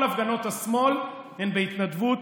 כל הפגנות השמאל הן בהתנדבות,